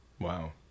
Wow